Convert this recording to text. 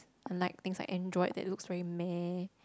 unlike things like Android that looks very meh